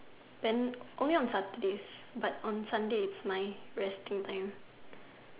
then only on Saturdays but on Sunday it's my resting time